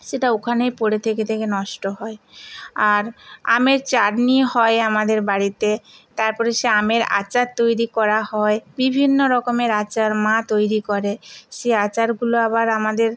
সেটা ওখানেই পড়ে থেকে থেকে নষ্ট হয় আর আমের চাটনি হয় আমাদের বাড়িতে তার পরে সে আমের আচার তৈরি করা হয় বিভিন্ন রকমের আচার মা তৈরি করে সেই আচারগুলো আবার আমাদের